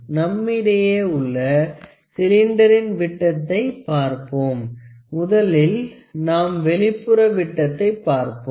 நம்மிடையே உள்ள சிலிண்டரின் விட்டத்தை பார்ப்போம் முதலில் நாம் வெளிப்புற விட்டத்தை பார்ப்போம்